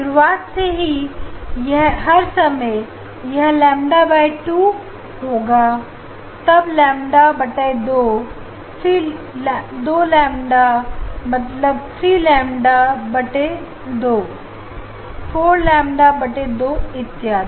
शुरुआत से ही हर समय यह लैम्ब्डा बाय टू होगा तब लैम्डा बटा दो फिर दो लैम्डा मतलब 3 लैम्डा बटा दो 4 लैम्डा बटा दो इत्यादि